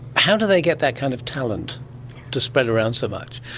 how do they get that kind of talent to spread around so much?